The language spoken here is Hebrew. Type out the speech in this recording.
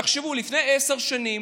תחשבו, לפני עשר שנים